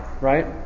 right